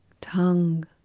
tongue